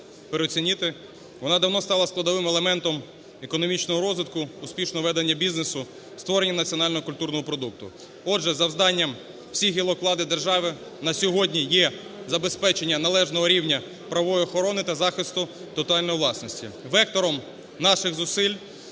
Вона давно стала складовим елементом економічного розвитку, успішного ведення бізнесу, створення національного культурного продукту. Отже, завданням всіх гілок влади держави на сьогодні є забезпечення належного рівня правової охорони та захисту тотальної власності. Вектором наших зусиль